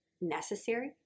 necessary